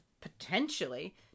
potentially